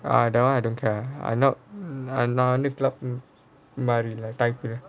ah that [one] I don't care I not நான் வந்து:naan vanthu club மாறிடுவேன்:maariduvaen